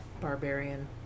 barbarian